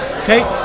Okay